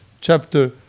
chapter